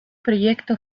proyecto